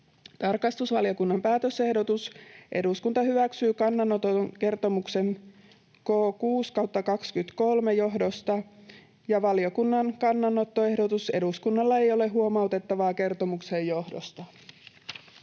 Tarkastusvaliokunnan päätösehdotus: ”Eduskunta hyväksyy kannanoton kertomuksen K 6/2023 johdosta.” Valiokunnan kannanottoehdotus: ”Eduskunnalla ei ole huomautettavaa kertomuksen johdosta.”